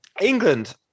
England